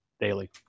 daily